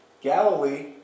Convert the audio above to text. Galilee